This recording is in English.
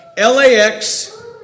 LAX